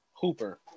Hooper